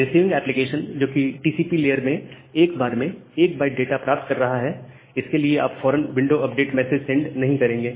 receiving application जोकि TCP layer से एक बार में1 बाइट डाटा प्राप्त कर रहा है इसके लिए आप फौरन विंडो अपडेट मैसेज सेंड नहीं करेंगे